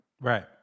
Right